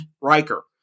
Riker